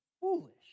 foolish